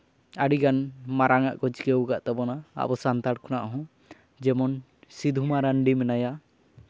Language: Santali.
ᱟᱹᱰᱤᱜᱟᱱ ᱢᱟᱨᱟᱝ ᱟᱜ ᱠᱚ ᱪᱤᱠᱟᱹᱣ ᱠᱟᱜ ᱛᱟᱵᱚᱱᱟ ᱟᱵᱚ ᱥᱟᱱᱛᱟᱲ ᱠᱷᱚᱱᱟᱜ ᱦᱚᱸ ᱡᱮᱢᱚᱱ ᱥᱤᱫᱷᱩ ᱢᱟᱨᱟᱱᱰᱤ ᱢᱮᱱᱟᱭᱟ